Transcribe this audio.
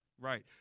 Right